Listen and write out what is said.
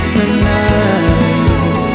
Tonight